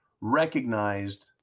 recognized